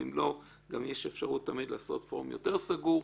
ואם לא, גם יש אפשרות תמיד לעשות פורום יותר סגור.